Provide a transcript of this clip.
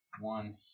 One